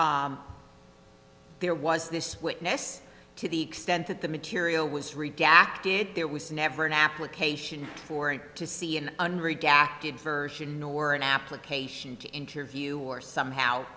there was this witness to the extent that the material was redacted there was never an application for him to see in an redacted version or an application to interview or somehow